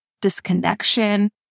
disconnection